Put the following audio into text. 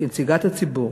כנציגת הציבור,